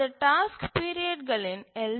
அது டாஸ்க்கு பீரியட்களின் எல்